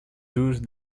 those